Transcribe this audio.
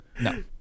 No